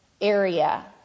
area